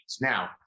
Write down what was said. Now